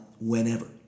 whenever